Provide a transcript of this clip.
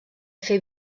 fer